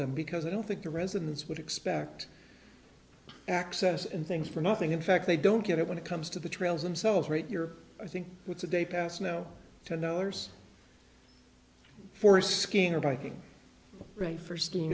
them because i don't think the residents would expect access and things for nothing in fact they don't get it when it comes to the trails themselves right you're i think it's a day past now ten dollars for skiing or biking